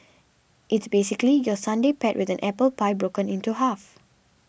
it's basically your sundae paired with an apple pie broken into half